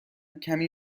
کمی